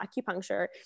acupuncture